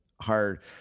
hard